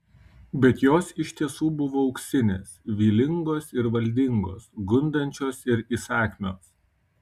bet jos iš tiesų buvo auksinės vylingos ir valdingos gundančios ir įsakmios